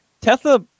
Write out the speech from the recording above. Tesla